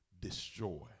Destroy